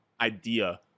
idea